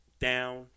Down